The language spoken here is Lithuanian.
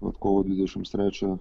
vat kovo dvidešimts trečią